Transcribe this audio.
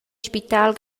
spital